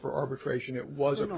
for arbitration it wasn't